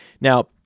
Now